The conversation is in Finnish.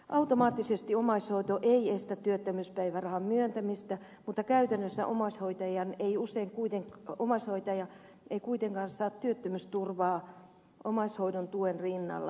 automaattisesti omaishoito ei estä työttömyyspäivärahan myöntämistä mutta käytännössä omaishoitaja ei kuitenkaan saa työttömyysturvaa omaishoidon tuen rinnalla